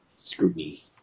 scrutiny